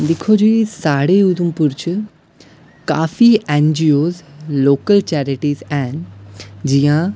दिक्खो जी साढ़े उधमपुर च काफी एन जी ओ चैरिटस हैन जि'यां